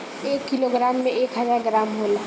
एक किलोग्राम में एक हजार ग्राम होला